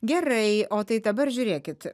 gerai o tai dabar žiūrėkit